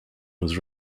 was